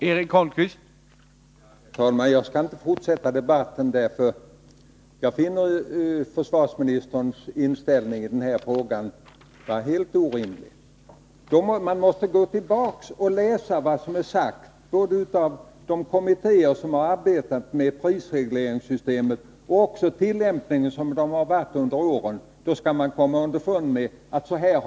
Herr talman! Jag skall inte fortsätta debatten — jag finner försvarsministerns inställning i den här frågan helt orimlig. Man måste gå tillbaka och både läsa vad som har sagts av de kommittéer som arbetat med prisregleringssystemet och se på hur det har tillämpats under åren. Då skall man finna att så här har regeringen inte tidigare agerat.